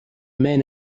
men